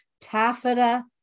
taffeta